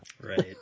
right